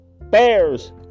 Bears